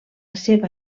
seva